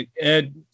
Ed